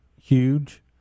huge